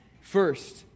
First